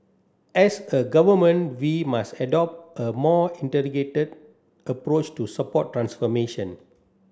as a Government we must adopt a more integrated approach to support transformation